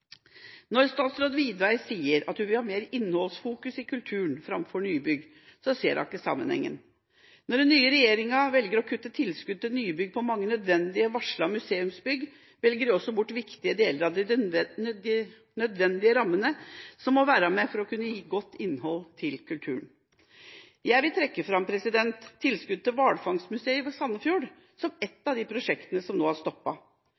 Når statsråd Widvey sier hun vil ha mer innholdsfokus i kulturen framfor nybygg, ser hun ikke sammenhengen. Når den nye regjeringa velger å kutte i tilskudd til nybygg på mange nødvendige varslede museumsbygg, velger de også bort viktige deler av de nødvendige rammene som må være med for å kunne gi godt innhold til kulturen. Jeg vil trekke fram tilskuddet til Hvalfangstmuseet i Sandefjord som ett av de prosjektene som nå